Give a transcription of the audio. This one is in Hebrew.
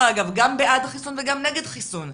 גם בעד חיסון וגם נגד חיסון.